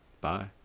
Bye